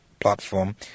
platform